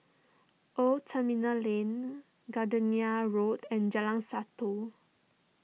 Old Terminal Lane Gardenia Road and Jalan Satu